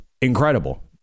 incredible